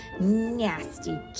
nasty